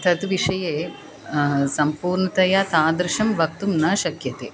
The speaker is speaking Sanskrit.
तद् विषये सम्पूर्णतया तादृशं वक्तुं न शक्यते